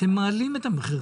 אתם מעלים את המחירים.